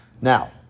Now